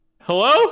Hello